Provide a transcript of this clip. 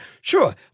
sure